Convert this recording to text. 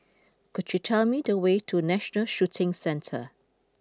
could you tell me the way to National Shooting Centre